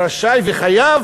רשאי וחייב